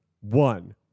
one